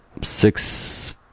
Six